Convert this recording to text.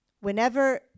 Whenever